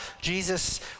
Jesus